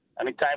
Anytime